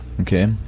Okay